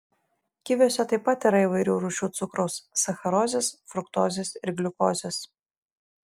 kiviuose taip pat yra įvairių rūšių cukraus sacharozės fruktozės ir gliukozės